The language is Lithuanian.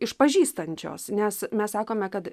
išpažįstančios nes mes sakome kad